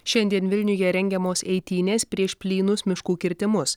šiandien vilniuje rengiamos eitynės prieš plynus miškų kirtimus